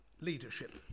leadership